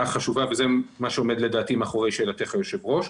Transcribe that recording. החשובה ולדעתי זה מה שעומד מאחורי שאלתך היושבת ראש.